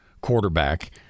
quarterback